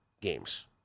games